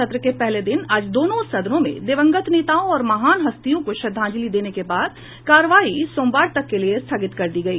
सत्र के पहले दिन आज दोनों सदनों में दिवंगत नेताओं और महान हस्तियों को श्रद्धांजलि देने के बाद कार्यवाही सोमवार तक के लिए स्थगित कर दी गई